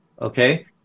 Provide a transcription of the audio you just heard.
okay